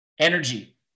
Energy